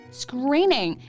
screening